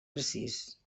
precís